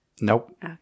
nope